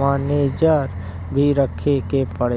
manager भी रखे के पड़ला